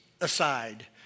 aside